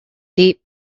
deep